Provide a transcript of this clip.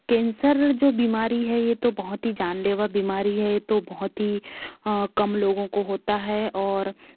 cancer जो बीमारी है ये तो बहुत ही जानलेवा बीमारी है ये तो बहुत ही कम लोगों को होता है और